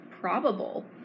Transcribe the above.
probable